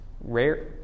rare